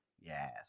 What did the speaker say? Yes